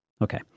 Okay